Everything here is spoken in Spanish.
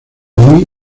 muy